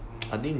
mm